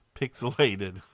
pixelated